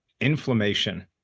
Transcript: inflammation